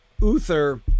Uther